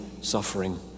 suffering